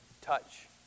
Touch